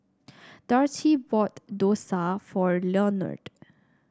Darci bought dosa for Lenord